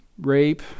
Rape